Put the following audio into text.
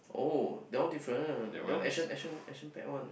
oh that one different that one action action action packed one